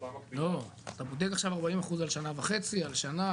לא, אתה מודד עכשיו 40% על שנה וחצי, על שנה?